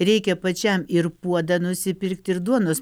reikia pačiam ir puodą nusipirkti ir duonos